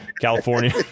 California